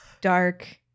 dark